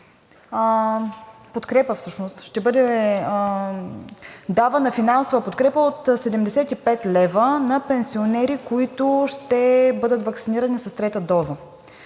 че ще бъде давана финансова подкрепа от 75 лв. на пенсионери, които ще бъдат ваксинирани с трета доза.